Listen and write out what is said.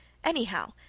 anyhow,